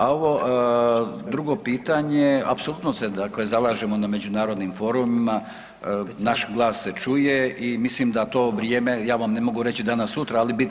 A ovo drugo pitanje, apsolutno se dakle zalažemo na međunarodnim forumima, naš glas se čuje i mislim da to vrijeme, ja vam ne mogu reći danas sutra, ali bit će.